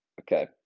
okay